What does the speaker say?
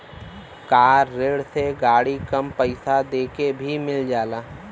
कार ऋण से गाड़ी कम पइसा देके भी मिल जाला